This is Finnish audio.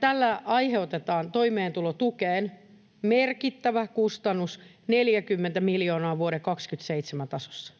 Tällä aiheutetaan toimeentulotukeen merkittävä kustannus, 40 miljoonaa vuoden 27 tasossa.